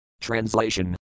Translation